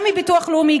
גם מביטוח לאומי,